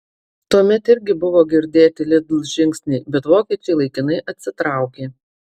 tuomet irgi buvo girdėti lidl žingsniai bet vokiečiai laikinai atsitraukė